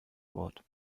wort